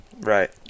right